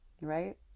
right